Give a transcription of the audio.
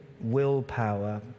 willpower